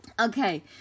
okay